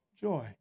Joy